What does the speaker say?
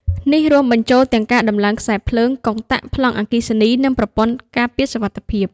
នេះរួមបញ្ចូលទាំងការតំឡើងខ្សែភ្លើង កុងតាក់ ប្លង់អគ្គិសនី និងប្រព័ន្ធការពារសុវត្ថិភាព។